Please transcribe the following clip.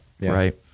right